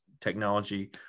technology